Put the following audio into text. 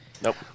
Nope